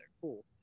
Cool